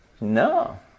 No